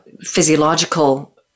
physiological